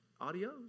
adios